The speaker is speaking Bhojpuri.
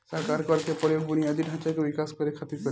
सरकार कर के प्रयोग बुनियादी ढांचा के विकास करे खातिर करेला